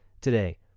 today